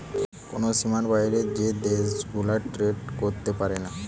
কোন সীমার বাইরে যে দেশ গুলা ট্রেড করতে পারিনা